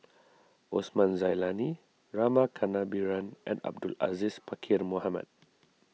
Osman Zailani Rama Kannabiran and Abdul Aziz Pakkeer Mohamed